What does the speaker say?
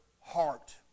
heart